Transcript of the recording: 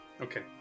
Okay